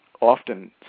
often